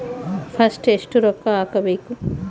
First ಎಷ್ಟು ರೊಕ್ಕ ಹಾಕಬೇಕು?